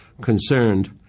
concerned